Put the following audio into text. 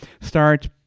start